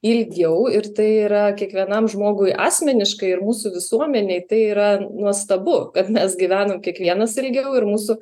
ilgiau ir tai yra kiekvienam žmogui asmeniškai ir mūsų visuomenei tai yra nuostabu kad mes gyvenam kiekvienas ilgiau ir mūsų